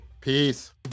Peace